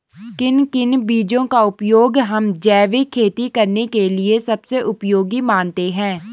किन किन बीजों का उपयोग हम जैविक खेती करने के लिए सबसे उपयोगी मानते हैं?